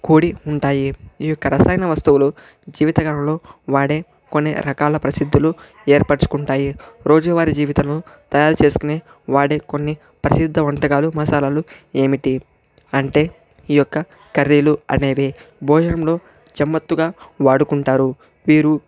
కూడి ఉంటాయి ఈ యొక్క రసయన వస్తువులు జీవితకాలంలో వాడే కొన్ని రకాల ప్రసిద్ధులు ఏర్పరుచుకుంటాయి రోజూ వారి జీవితంలో తయారు చేసుకొనే వాడే కొన్ని ప్రసిద్ధ వంటకాలు మసాలాలు ఏమిటి అంటే ఈ యొక్క కర్రీలు అనేవి భోజనంలో జమ్మత్తుగా వాడుకుంటారు వీరు